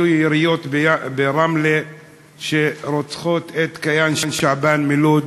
היו יריות ברמלה שרצחו את קיאן שעבאן מלוד.